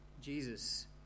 Jesus